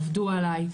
עבדו עלי,